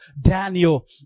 Daniel